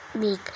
big